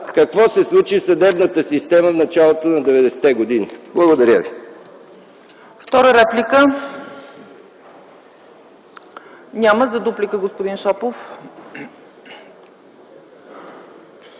какво се случи в съдебната система в началото на 90-те години. Благодаря ви.